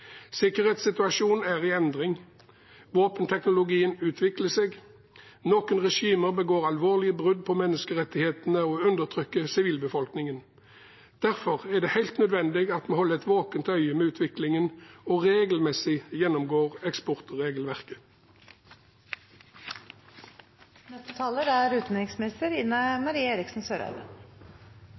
Sikkerhetssituasjonen er i endring. Våpenteknologien utvikler seg. Noen regimer begår alvorlige brudd på menneskerettighetene og undertrykker sivilbefolkningen. Derfor er det helt nødvendig at vi holder et våkent øye med utviklingen og regelmessig gjennomgår